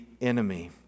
enemy